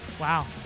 Wow